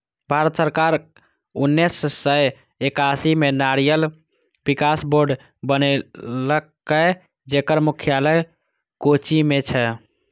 भारत सरकार उन्नेस सय एकासी मे नारियल विकास बोर्ड बनेलकै, जेकर मुख्यालय कोच्चि मे छै